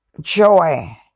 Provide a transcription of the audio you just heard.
joy